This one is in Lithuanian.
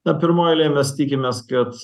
na pirmoj eilėj mes tikimės kad